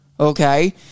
Okay